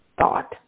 thought